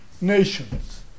nations